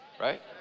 right